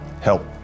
help